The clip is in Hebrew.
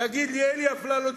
תגיד לי: אלי אפללו,